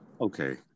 okay